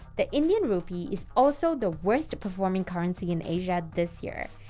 the indian rupee is also the worst performing currency in asia this year,